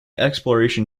exploration